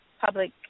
public